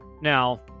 Now